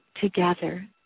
together